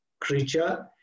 creature